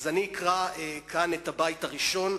ואני אקרא כאן את הבית הראשון,